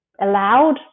allowed